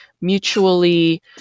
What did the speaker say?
mutually